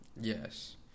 Yes